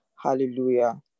Hallelujah